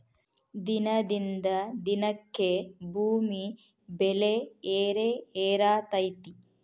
ದಿನದಿಂದ ದಿನಕ್ಕೆ ಭೂಮಿ ಬೆಲೆ ಏರೆಏರಾತೈತಿ